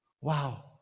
wow